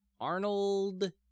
Arnold